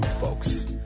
folks